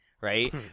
Right